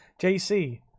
JC